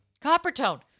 Coppertone